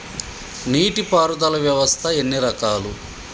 నీటి పారుదల వ్యవస్థ ఎన్ని రకాలు?